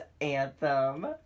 anthem